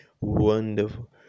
wonderful